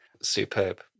superb